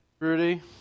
Rudy